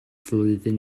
flwyddyn